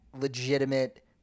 legitimate